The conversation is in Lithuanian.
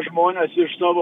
žmones iš savo